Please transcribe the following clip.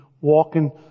walking